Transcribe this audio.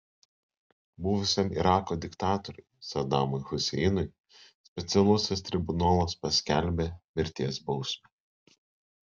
buvusiam irako diktatoriui sadamui huseinui specialusis tribunolas paskelbė mirties bausmę